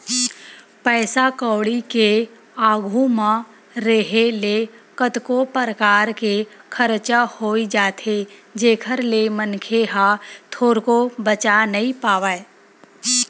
पइसा कउड़ी के आघू म रेहे ले कतको परकार के खरचा होई जाथे जेखर ले मनखे ह थोरको बचा नइ पावय